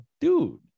dude